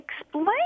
explain